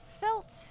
felt